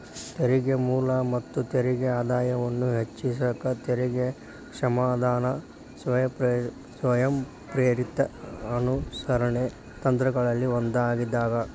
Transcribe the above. ತೆರಿಗೆ ಮೂಲ ಮತ್ತ ತೆರಿಗೆ ಆದಾಯವನ್ನ ಹೆಚ್ಚಿಸಕ ತೆರಿಗೆ ಕ್ಷಮಾದಾನ ಸ್ವಯಂಪ್ರೇರಿತ ಅನುಸರಣೆ ತಂತ್ರಗಳಲ್ಲಿ ಒಂದಾಗ್ಯದ